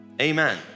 Amen